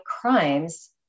crimes